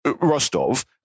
Rostov